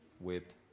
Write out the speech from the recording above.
whipped